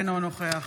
אינו נוכח